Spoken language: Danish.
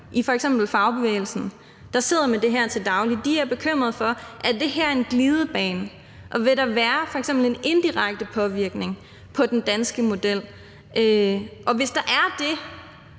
i f.eks. fagbevægelsen, der sidder med det her til daglig. De er bekymrede for, om det her er en glidebane, og om der f.eks. vil være en indirekte påvirkning af den danske model. Og hvis der er det,